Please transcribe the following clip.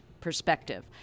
perspective